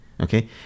Okay